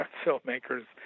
filmmakers